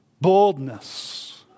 boldness